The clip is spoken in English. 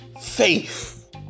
faith